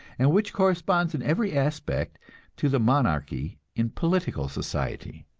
and which corresponds in every aspect to the monarchy in political society.